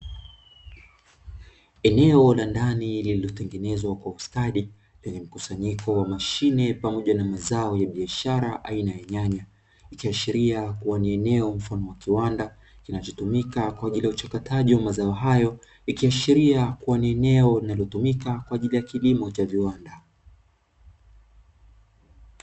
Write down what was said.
Eneo la ndani lililotengenezwa kwa ustadi, lenye mkusanyiko wa mashine pamoja na mazao ya biashara aina ya nyanya. Ikiashiria kuwa ni eneo mfano wa kiwanda kinachotumika kwa ajili ya uchakataji wa mazao hayo. Ikiashiria kuwa ni eneo linalotumika kwa ajili ya kilimo cha viwanda.